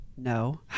No